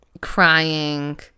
Crying